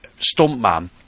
stuntman